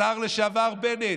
השר לשעבר בנט?